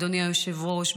אדוני היושב-ראש,